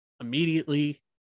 immediately